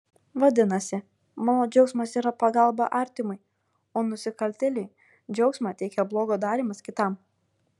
vadinasi mano džiaugsmas yra pagalba artimui o nusikaltėliui džiaugsmą teikia blogo darymas kitam